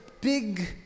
big